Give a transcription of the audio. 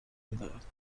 بدهد